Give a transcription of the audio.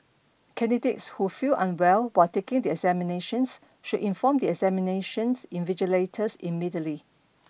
candidates who feel unwell while taking the examinations should inform the examinations invigilators immediately